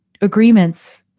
agreements